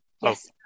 Yes